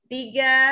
Tiga